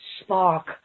spark